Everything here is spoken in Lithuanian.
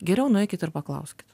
geriau nueikit ir paklauskit